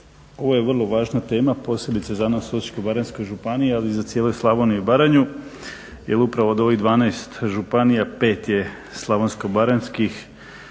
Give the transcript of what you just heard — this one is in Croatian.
ovo je vrlo važna tema, posebice za nas Osječko-baranjsku županiju, ali i za cijelu Slavoniju i Baranju jer upravo od ovih 12 županija 5 je slavonsko-baranjskih,